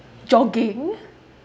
jogging